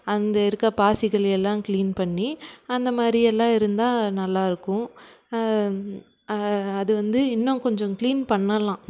அங்கே இருக்க பாசிகளை எல்லாம் கிளீன் பண்ணி அந்த மாதிரியெல்லாம் இருந்தால் நல்லாயிருக்கும் அது வந்து இன்னும் கொஞ்சம் கிளீன் பண்ணலாம்